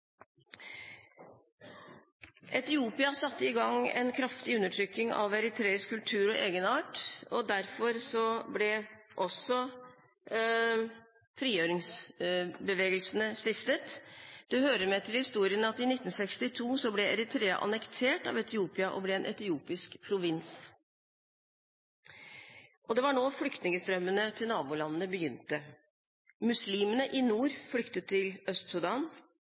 Etiopia satte i gang en kraftig undertrykking av eritreisk kultur og egenart, og derfor ble også frigjøringsbevegelsene stiftet. Det hører med til historien at Eritrea ble annektert av Etiopia i 1962 og ble en etiopisk provins. Det var nå flyktningstrømmene til nabolandene begynte. Muslimene i nord flyktet til